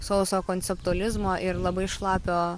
sauso konceptualizmo ir labai šlapio